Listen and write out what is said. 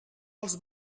els